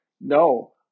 no